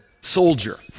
soldier